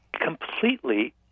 completely